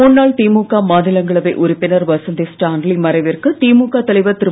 முன்னாள் திமுக மாநிலங்களவை உறுப்பினர் வசந்தி ஸ்டான்லி மறைவிற்கு திமுக தலைவர் திரு